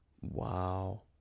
wow